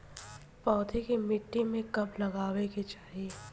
पौधा के मिट्टी में कब लगावे के चाहि?